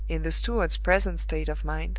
in the steward's present state of mind,